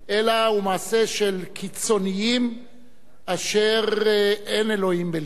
אלא הוא מעשה של קיצונים אשר אין אלוהים בלבם.